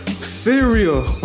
Cereal